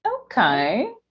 Okay